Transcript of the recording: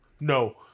No